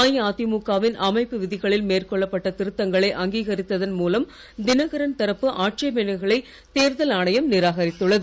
அஇஅதிமுக வின் அமைப்பு விதிகளில் மேற்கொள்ளப்பட்ட திருத்தங்களை அங்கிகரித்ததன் மூலம் தினகரன் தரப்பு ஆட்சேபணைகளை தேர்தல் ஆணையம் நிராகரித்துள்ளது